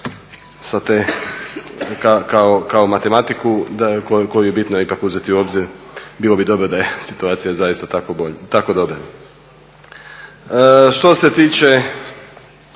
prihod kao matematiku koju je bitno ipak uzeti u obzir. Bilo bi dobro da je situacija zaista tako dobra. Što se tiče